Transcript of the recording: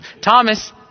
Thomas